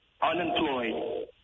unemployed